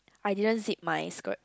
I didn't zip my skirt